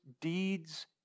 deeds